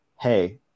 hey